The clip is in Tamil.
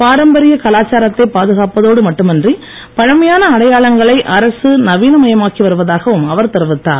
பாரம்பரிய கலாச்சாரத்தை பாதுகாப்பதோடு மட்டுமின்றி பழமையான அடையாளங்களை அரசு நவீனமயமாக்கி வருவதாகவும் அவர் தெரிவித்தார்